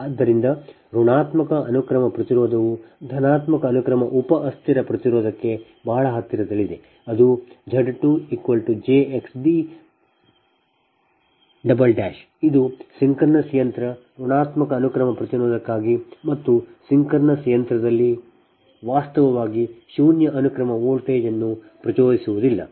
ಆದ್ದರಿಂದ ಋಣಾತ್ಮಕ ಅನುಕ್ರಮ ಪ್ರತಿರೋಧವು ಧನಾತ್ಮಕ ಅನುಕ್ರಮ ಉಪ ಅಸ್ಥಿರ ಪ್ರತಿರೋಧಕ್ಕೆ ಬಹಳ ಹತ್ತಿರದಲ್ಲಿದೆ ಅದು Z2≈jXd ಇದು ಸಿಂಕ್ರೊನಸ್ ಯಂತ್ರ ಋಣಾತ್ಮಕ ಅನುಕ್ರಮ ಪ್ರತಿರೋಧಕ್ಕಾಗಿ ಮತ್ತು ಸಿಂಕ್ರೊನಸ್ ಯಂತ್ರದಲ್ಲಿ ವಾಸ್ತವವಾಗಿ ಶೂನ್ಯ ಅನುಕ್ರಮ ವೋಲ್ಟೇಜ್ ಅನ್ನು ಪ್ರಚೋದಿಸುವುದಿಲ್ಲ